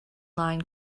line